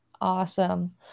awesome